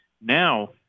Now